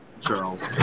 Charles